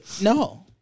no